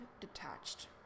detached